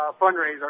fundraiser